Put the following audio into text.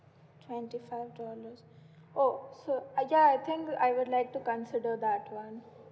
twenty five dollars oh so uh ya thank I would like to consider that one